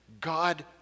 God